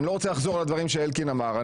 אני לא רוצה לחזור על הדברים שאלקין אמר,